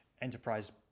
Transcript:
enterprise